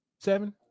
Seven